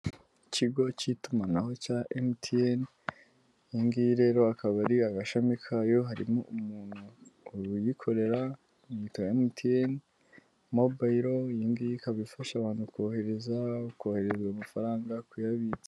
Ikigo cy'itumanaho cya MTN, iyi ngiyi rero akaba ari agashami kayo, harimo umuntu uyikorera bayita MTN mobayiro, iyi ngiyi ikaba ifasha abantu kohereza, kohezwa amafaranga, kuyabitsa.